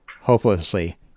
hopelessly